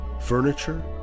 furniture